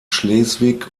schleswig